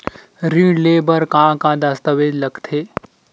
ऋण ले बर का का दस्तावेज लगथे?